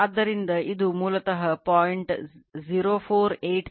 ಆದ್ದರಿಂದ ಇದು ಮೂಲತಃ 0